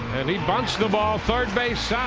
and he'd bunts the ball third base side.